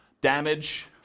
Damage